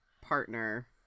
partner